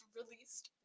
released